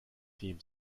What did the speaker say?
team